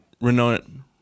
renowned